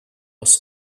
was